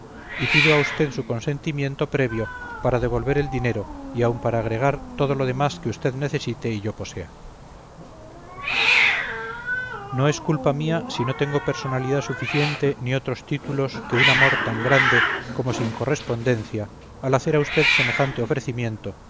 y pido a usted su consentimiento previo para devolver el dinero y aun para agregar todo lo demás que usted necesite y yo posea no es culpa mía si no tengo personalidad suficiente ni otros títulos que un amor tan grande como sin correspondencia al hacer a usted semejante ofrecimiento